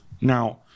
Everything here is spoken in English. Now